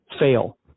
fail